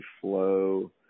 flow